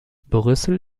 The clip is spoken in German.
brüssel